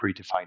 predefined